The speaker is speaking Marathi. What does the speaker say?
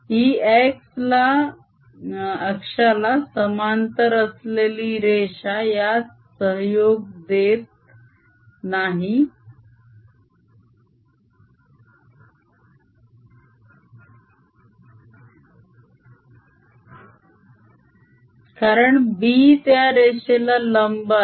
ही x अक्षाला समांतर असलेली रेषा यात सहयोग देत नाही कारण B त्या रेषेला लंब आहे